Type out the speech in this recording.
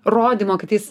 rodymo kad jis